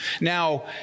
Now